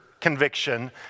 conviction